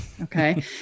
Okay